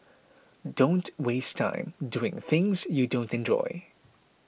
don't waste time doing things you don't enjoy